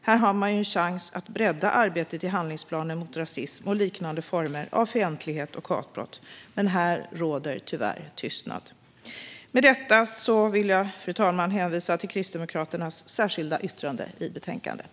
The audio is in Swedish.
Här har man en chans att bredda arbetet i handlingsplanen mot rasism och liknande former av fientlighet och hatbrott, men tyvärr råder tystnad. Med detta vill jag, fru talman, hänvisa till Kristdemokraternas särskilda yttrande i betänkandet.